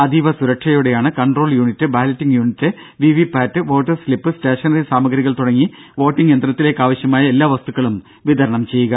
അതീവ സുരക്ഷയോടെയാണ് control unit balloting unit VVPAT voters slip stationery സാമഗ്രകൾ തുടങ്ങി വോട്ടിങ്ങ് യന്ത്രത്തിലേക്ക് ആവശ്യമായ എല്ലാ വസ്തുക്കളും വിതരണം ചെയ്യുക